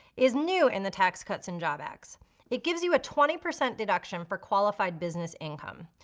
is new in the tax cuts and job acts it gives you a twenty percent deduction for qualified business income.